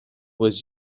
was